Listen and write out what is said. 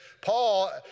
Paul